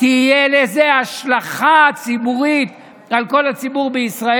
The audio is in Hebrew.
תהיה השלכה ציבורית על כל הציבור בישראל.